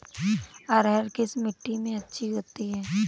अरहर किस मिट्टी में अच्छी होती है?